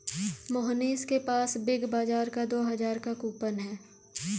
मोहनीश के पास बिग बाजार का दो हजार का कूपन है